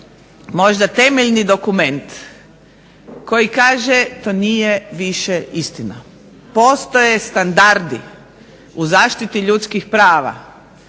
možda temeljni dokument koji kaže to nije više istina. Postoje standardi u zaštiti ljudskih prava,